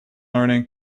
learning